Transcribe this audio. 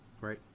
Right